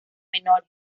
menores